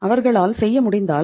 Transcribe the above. அவர்களால் செய்ய முடிந்தால்